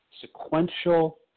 sequential